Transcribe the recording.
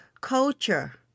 culture